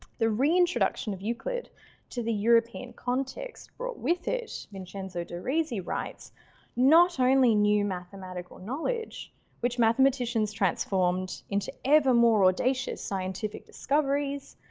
the reintroduction of euclid to the european context brought with it vincenzo di risi writes not only new mathematical knowledge which mathematicians transformed into ever more audacious scientific discoveries.